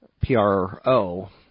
P-R-O